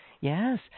Yes